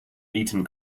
eton